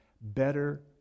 better